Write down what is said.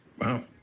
Wow